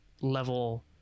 level